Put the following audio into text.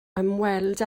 ymweld